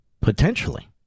potentially